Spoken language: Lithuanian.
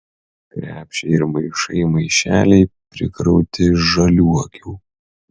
krepšiai ir maišai maišeliai prikrauti žaliuokių